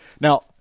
Now